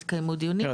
התקיימו דיונים,